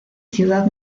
ciudad